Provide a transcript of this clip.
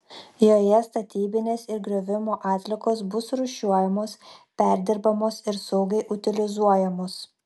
joje statybinės ir griovimo atliekos bus rūšiuojamos perdirbamos ir saugiai utilizuojamos